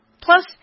Plus